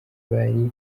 bari